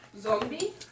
Zombie